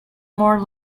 more